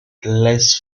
place